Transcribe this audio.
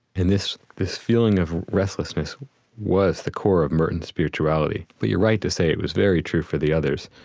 and this this feeling of restlessness was the core of merton's spirituality. but you're right to say it was very true for the others